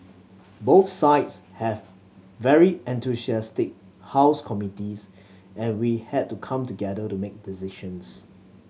both sides have very enthusiastic house committees and we had to come together to make decisions